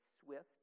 swift